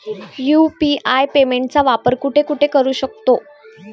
UPI पेमेंटचा वापर कुठे कुठे करू शकतो?